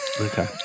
okay